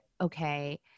Okay